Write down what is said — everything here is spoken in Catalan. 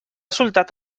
soltat